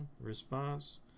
Response